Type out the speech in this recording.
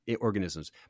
organisms